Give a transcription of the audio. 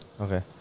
Okay